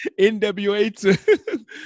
NWA